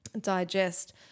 digest